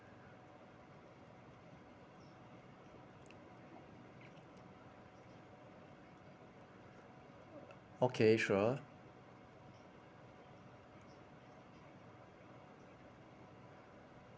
okay sure